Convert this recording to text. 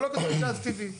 אבל לא כתוב גז טבעי.